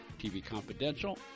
tvconfidential